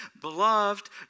beloved